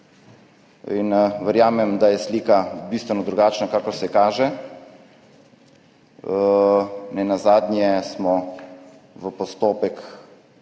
Verjamem, da je slika bistveno drugačna, kakor se kaže. Nenazadnje je v postopku